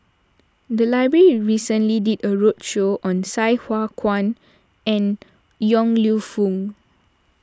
the library recently did a roadshow on Sai Hua Kuan and Yong Lew Foong